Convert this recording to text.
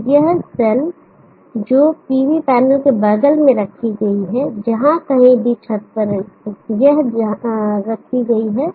तो यह सेल जो PV पैनल के बगल में रखी गई है जहां कहीं भी यह छत पर रखी गई है